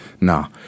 Nah